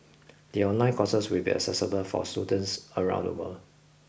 the online courses will be accessible for students around the world